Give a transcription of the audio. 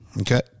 Okay